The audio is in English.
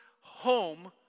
home